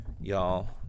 y'all